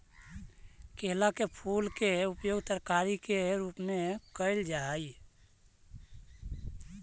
केला के फूल के उपयोग तरकारी के रूप में कयल जा हई